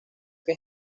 que